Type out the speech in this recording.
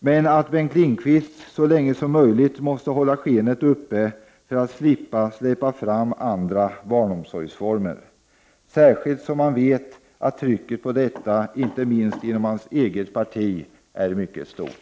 Men att Bengt Lindqvist så länge som möjligt måste hålla skenet uppe för att slippa släppa fram andra barnomsorgsformer, särskilt som han vet att trycket på detta, inte minst inom hans eget parti, är mycket stort.